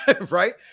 right